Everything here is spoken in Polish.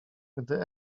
gdy